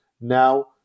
now